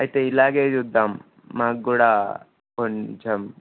అయితే ఇలాగే చూద్దాము మాకు కూడా కొంచెం